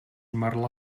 marla